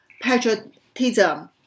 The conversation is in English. patriotism